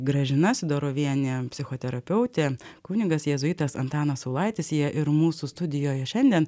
gražina sidorovienė psichoterapeutė kunigas jėzuitas antanas saulaitis jie ir mūsų studijoje šiandien